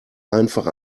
einfach